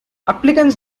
applicants